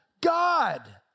God